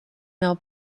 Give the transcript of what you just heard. nav